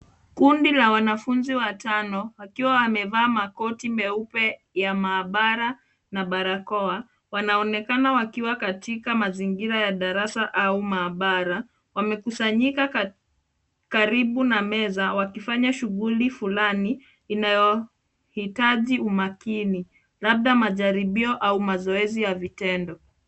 Kundi la wanafunzi watano wakiwa wamevaa makoti meupe ya maabara na barakoa wanaonekana wakiwa katika mazingira ya darasa au maabara. Wamekusanyika karibu na meza wakifanya shughuli flani inayohitaji umakini labda majaribio au mazoezi ya vitendo.